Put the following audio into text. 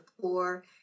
poor